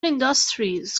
industries